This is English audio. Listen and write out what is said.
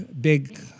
big